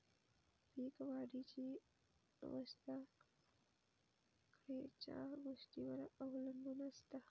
पीक वाढीची अवस्था खयच्या गोष्टींवर अवलंबून असता?